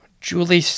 Julie